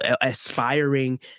aspiring